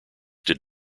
did